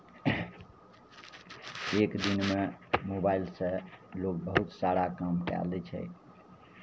एक दिनमे मोबाइलसँ लोग बहुत सारा काम कए लै छै